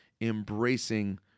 embracing